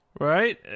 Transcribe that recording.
Right